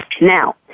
Now